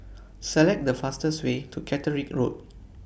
Select The fastest Way to Caterick Road